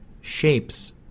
shapes